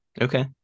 Okay